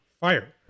fire